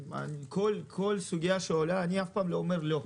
כל סוגיה שעולה אני אף פעם לא אומר לא.